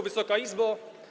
Wysoka Izbo!